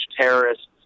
terrorists